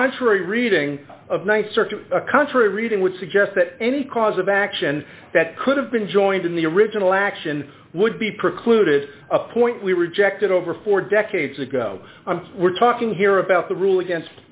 contrary reading contra reading would suggest that any cause of action that could have been joined in the original action would be precluded a point we rejected over four decades ago we're talking here about the rule against